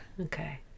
Okay